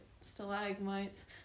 stalagmites